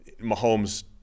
Mahomes